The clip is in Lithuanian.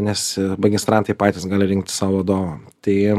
nes magistrantai patys gali rinktis savo vadovą tai